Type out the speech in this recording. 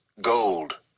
gold